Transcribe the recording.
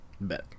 Bet